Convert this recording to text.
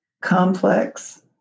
complex